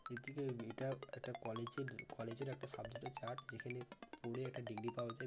এর থেকে এটা একটা কলেজের কলেজের একটা সাবজেক্ট হচ্ছে আর্ট যেখানে পড়ে একটা ডিগ্রি পাওয়া যায়